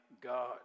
God